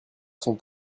sont